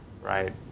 right